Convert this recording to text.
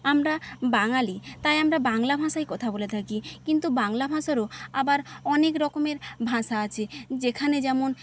আমরা বাঙালি তাই আমরা বাংলা ভাষায় কথা বলে থাকি কিন্তু বাংলা ভাষারও আবার অনেক রকমের ভাষা আছে যেখানে যেমন